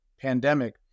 pandemic